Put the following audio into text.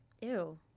ew